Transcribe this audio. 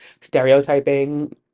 stereotyping